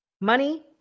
Money